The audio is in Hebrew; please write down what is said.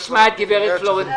תיכף נשמע את גברת פלורנטין.